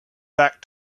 back